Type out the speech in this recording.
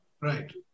Right